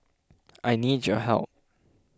I need your help